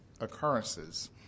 occurrences